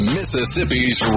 Mississippi's